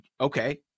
okay